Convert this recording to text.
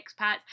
expats